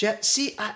See